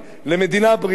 למדינה בריאה,